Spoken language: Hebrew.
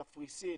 קפריסין,